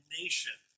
nation